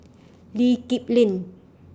Lee Kip Lin